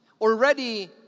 already